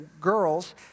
girls